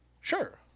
Sure